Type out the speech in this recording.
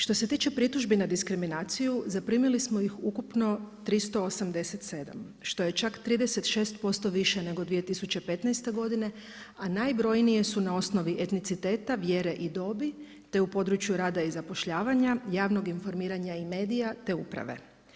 Što se tiče pritužbi na diskriminaciju, zaprimili smo ih ukupno 387 što je čak 36% više nego 2015. godine, a najbrojnije su na osnovi etniciteta, vjere i dobi te u području rada i zapošljavanja, javnog informiranja i medija te uprave.